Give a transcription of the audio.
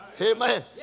Amen